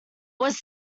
was